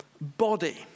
body